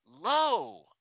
low